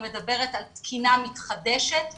אני מדברת על תקינה מתחדשת קונקרטית,